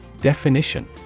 Definition